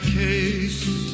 case